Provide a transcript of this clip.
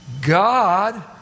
God